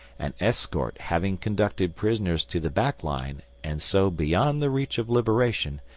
an escort having conducted prisoners to the back line, and so beyond the reach of liberation,